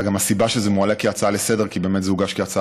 והסיבה לזה שזה מועלה כהצעה לסדר-היום היא שבאמת זה הוגש כהצעה